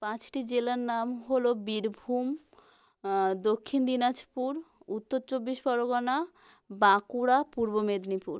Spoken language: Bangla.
পাঁচটি জেলার নাম হলো বীরভূম দক্ষিণ দিনাজপুর উত্তর চব্বিশ পরগনা বাঁকুড়া পূর্ব মেদিনীপুর